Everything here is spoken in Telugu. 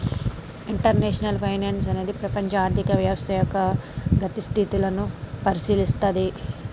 ఇంటర్నేషనల్ ఫైనాన్సు అనేది ప్రపంచ ఆర్థిక వ్యవస్థ యొక్క గతి స్థితులను పరిశీలిత్తది